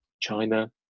China